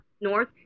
north